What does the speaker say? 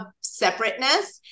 separateness